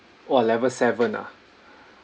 !wah! level seven ah